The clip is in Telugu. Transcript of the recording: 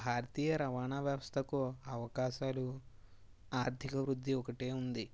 భారతీయ రవాణా వ్యవస్థకు అవకాశాలు ఆర్థిక వృద్ధి ఒకటే ఉంది